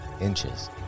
inches